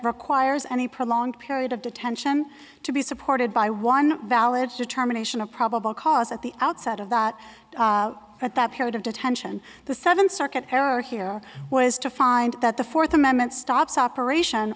requires any prolonged period of detention to be supported by one valid determination of probable cause at the outset of that at that period of detention the seventh circuit error here was to find that the fourth amendment stops operation